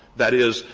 that is,